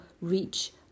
reach